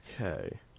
Okay